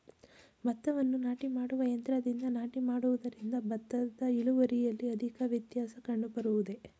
ಭತ್ತವನ್ನು ನಾಟಿ ಮಾಡುವ ಯಂತ್ರದಿಂದ ನಾಟಿ ಮಾಡುವುದರಿಂದ ಭತ್ತದ ಇಳುವರಿಯಲ್ಲಿ ಅಧಿಕ ವ್ಯತ್ಯಾಸ ಕಂಡುಬರುವುದೇ?